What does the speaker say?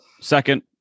Second